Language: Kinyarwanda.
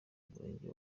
umurenge